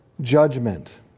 judgment